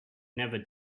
never